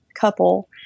couple